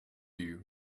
you